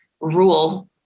rule